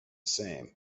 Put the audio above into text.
same